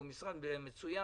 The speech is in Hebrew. הוא משרד מצוין